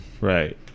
Right